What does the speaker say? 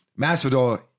Masvidal